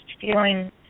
feeling